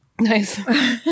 Nice